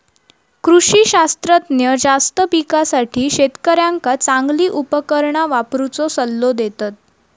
कृषी शास्त्रज्ञ जास्त पिकासाठी शेतकऱ्यांका चांगली उपकरणा वापरुचो सल्लो देतत